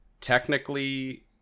technically